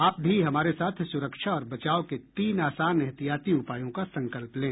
आप भी हमारे साथ सुरक्षा और बचाव के तीन आसान एहतियाती उपायों का संकल्प लें